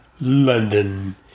London